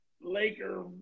Laker